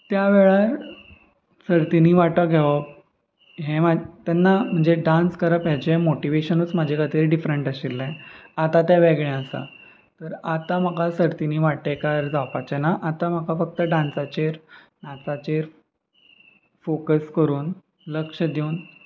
त्या वेळार सर्तिंनी वांटो घेवप हें तेन्ना म्हणजे डांस करप हेचें मोटिवेशनूच म्हाजें खातीर डिफरंट आशिल्लें आतां तें वेगळें आसा तर आतां म्हाका सर्तिंनी वांटेकार जावपाचें ना आतां म्हाका फक्त डांसाचेर नाचाचेर फोकस करून लक्ष दिवन